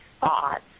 thoughts